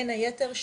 בין היתר,